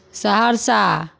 Saharsa